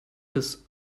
his